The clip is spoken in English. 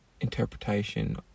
Interpretation